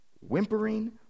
whimpering